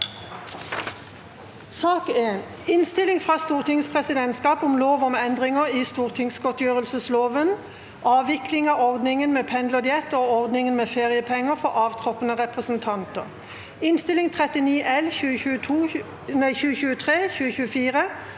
2023 Innstilling fra Stortingets presidentskap om lov om endringer i stortingsgodtgjørelsesloven (avvikling av ordningen med pendlerdiett og ordningen med feriepenger for avtroppende representanter) (Innst. 39 L (2023–2024),